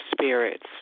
Spirits